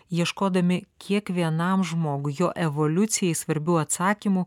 ieškodami kiekvienam žmogui jo evoliucijai svarbių atsakymų